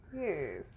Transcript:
Yes